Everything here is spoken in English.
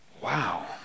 Wow